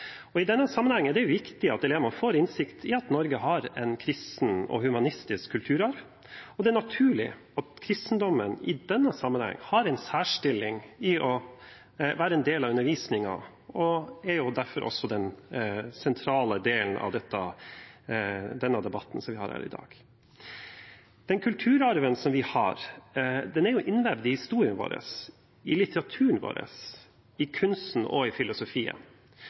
og læringsarena. I denne sammenhengen er det viktig at elevene får innsikt i at Norge har en kristen og humanistisk kulturarv. Det er naturlig at kristendommen i denne sammenhengen har en særstilling og er en del av undervisningen, og den er derfor også den sentrale delen av denne debatten som vi har her i dag. Kulturarven er innvevd i historien, litteraturen, kunsten og filosofien